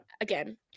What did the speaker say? again